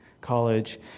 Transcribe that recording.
college